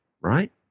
right